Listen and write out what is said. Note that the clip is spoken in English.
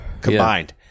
combined